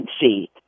see